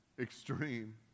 extreme